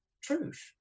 truth